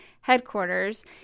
headquarters